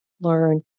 learn